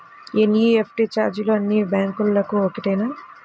NEFT ఛార్జీలు అన్నీ బ్యాంక్లకూ ఒకటేనా?